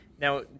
now